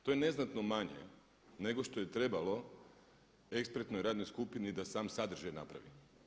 To je neznatno manje nego što je trebalo ekspertnoj radnoj skupini da sam sadržaj napravi.